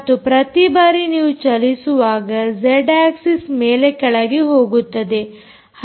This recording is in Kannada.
ಮತ್ತು ಪ್ರತಿ ಬಾರಿ ನೀವು ಚಲಿಸುವಾಗ ಜೆಡ್ ಆಕ್ಸಿಸ್ ಮೇಲೆ ಕೆಳಗೆ ಹೋಗುತ್ತದೆ